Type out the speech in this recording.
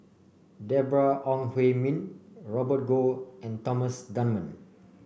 Deborah Ong Hui Min Robert Goh and Thomas Dunman